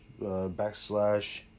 backslash